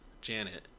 janet